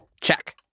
Check